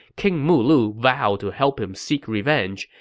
king mulu vowed to help him seek revenge,